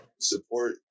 support